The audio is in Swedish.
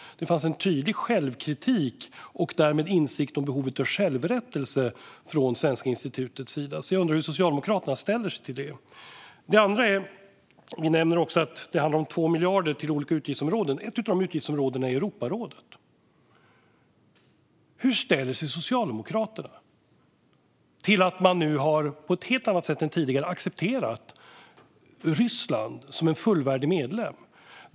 Det fanns en tydlig självkritik och därmed en insikt om behovet av självrättelse från Svenska institutets sida. Jag undrar hur Socialdemokraterna ställer sig till detta. Den andra är att det handlar om 2 miljarder till olika utgiftsområden, som ni nämner, och att ett av de utgiftsområdena är Europarådet. Hur ställer sig Socialdemokraterna till att man nu på ett helt annat sätt än tidigare har accepterat Ryssland som fullvärdig medlem?